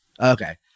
Okay